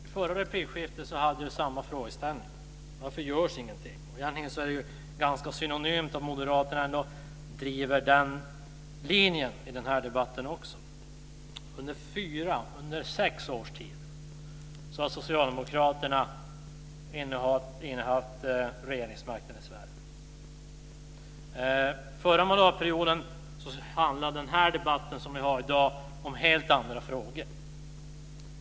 Herr talman! I förra replikskiftet hade vi samma frågeställning: Varför görs ingenting? Det är ju ganska synonymt. Moderaterna driver den linjen i den här debatten också. Under sex års tid har socialdemokraterna innehaft regeringsmakten i Sverige. Förra mandatperioden handlade den debatt vi har i dag om helt andra frågor.